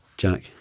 Jack